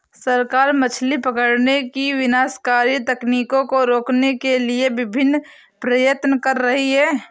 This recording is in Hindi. सरकार मछली पकड़ने की विनाशकारी तकनीकों को रोकने के लिए विभिन्न प्रयत्न कर रही है